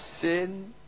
sin